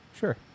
Sure